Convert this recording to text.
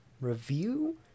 review